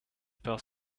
par